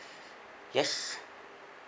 yes